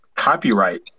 copyright